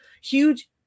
Huge